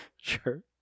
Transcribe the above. sure